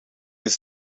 his